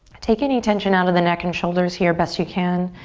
take any tension out of the neck and shoulders here best you can.